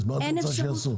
מה את רוצה שיעשו?